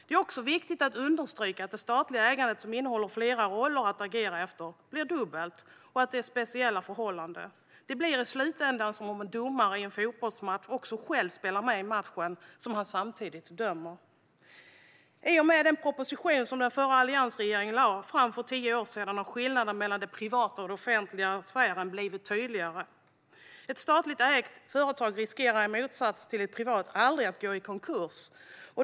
Det är också viktigt att understryka att det statliga ägandet, som innehåller flera roller att agera efter, blir dubbelt och att det råder speciella förhållanden. Det blir i slutändan som om en domare i en fotbollsmatch själv spelar med i en match som han samtidigt dömer. I och med den proposition som den förra alliansregeringen lade fram för tio år sedan har skillnaden mellan den privata och den offentliga sfären blivit tydligare. Ett statligt ägt företag riskerar, i motsats till ett privat företag, aldrig att gå i konkurs.